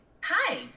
Hi